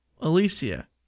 Alicia